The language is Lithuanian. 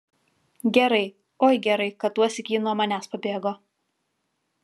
gerai oi gerai kad tuosyk ji nuo manęs pabėgo